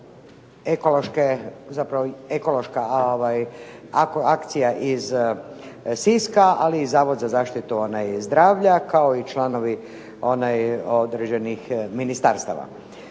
ekološka akcija iz Siska ali i Zavod za zaštitu zdravlja kao i članovi određenih ministarstava.